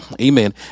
amen